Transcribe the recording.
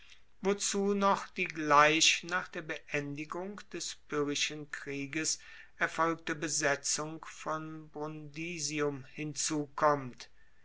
wozu noch die gleich nach der beendigung des pyrrhischen krieges erfolgte besetzung von brundisium hinzukommt